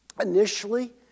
initially